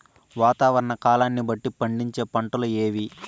వాతావరణ కాలాన్ని బట్టి పండించే పంటలు ఏవి?